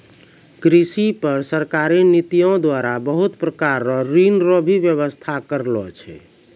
कृषि पर सरकारी नीतियो द्वारा बहुत प्रकार रो ऋण रो भी वेवस्था करलो छै